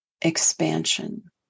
expansion